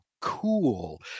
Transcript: cool